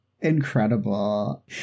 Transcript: incredible